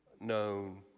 known